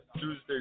Tuesday